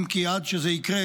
אם כי עד שזה יקרה,